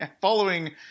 following